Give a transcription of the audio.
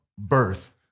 Birth